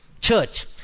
church